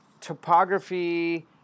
topography